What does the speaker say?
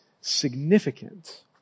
significant